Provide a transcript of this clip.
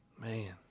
Man